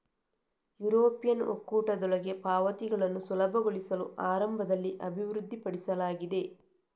European ಒಕ್ಕೂಟದೊಳಗೆ ಪಾವತಿಗಳನ್ನು ಸುಲಭಗೊಳಿಸಲು ಆರಂಭದಲ್ಲಿ ಅಭಿವೃದ್ಧಿಪಡಿಸಲಾಗಿದೆ